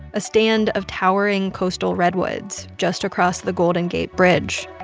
a stand of towering coastal redwoods just across the golden gate bridge.